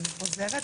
אני חוזרת,